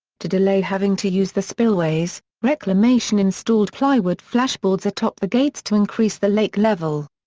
to delay having to use the spillways, reclamation installed plywood flashboards atop the gates to increase the lake level.